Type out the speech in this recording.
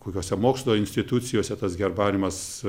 kokiose mokslo institucijose tas herbariumas